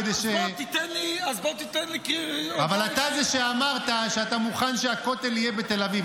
אז בוא תיתן לי --- אבל אתה זה שאמרת שאתה מוכן שהכותל יהיה בתל אביב.